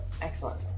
Excellent